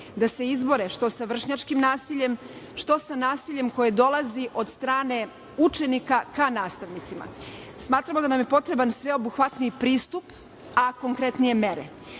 da se izbore što sa vršnjačkim nasiljem, što sa nasiljem koje dolazi od strane učenika ka nastavnicima. Smatramo da nam je potreban sveobuhvatni pristup, a konkretnije mere.O